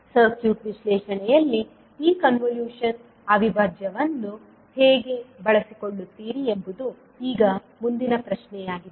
circuit ವಿಶ್ಲೇಷಣೆಯಲ್ಲಿ ನೀವು convolution ಅವಿಭಾಜ್ಯವನ್ನು ಹೇಗೆ ಬಳಸಿಕೊಳ್ಳುತ್ತೀರಿ ಎಂಬುದು ಈಗ ಮುಂದಿನ ಪ್ರಶ್ನೆಯಾಗಿದೆ